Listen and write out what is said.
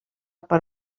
per